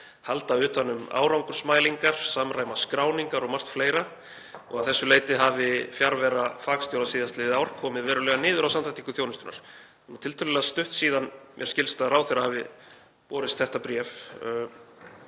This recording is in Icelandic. halda utan um árangursmælingar, samræma skráningar og margt fleira. Að þessu leyti hafi fjarvera fagstjóra síðastliðið ár komið verulega niður á samþættingu þjónustunnar. Það er tiltölulega stutt síðan, að mér skilst, að ráðherra barst þetta bréf.